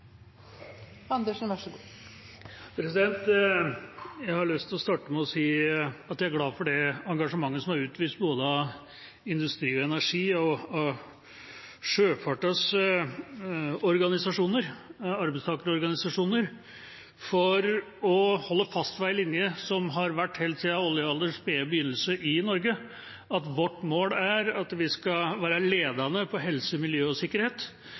glad for det engasjementet som er utvist både av Industri Energi og av sjøfartens organisasjoner, arbeidstakerorganisasjoner, for å holde fast ved en linje som har vært helt siden oljealderens spede begynnelse i Norge, at vårt mål er at vi skal være ledende på helse, miljø og sikkerhet